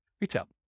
retail